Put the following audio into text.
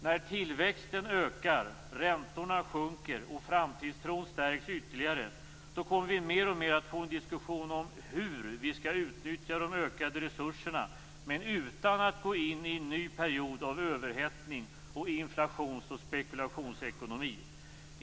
När tillväxten ökar, räntorna sjunker och framtidstron stärks ytterligare kommer vi mer och mer att få en diskussion om hur vi skall utnyttja de ökade resurserna utan att gå in i en ny period av överhettning och inflations och spekulationsekonomi.